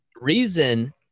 reason